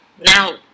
now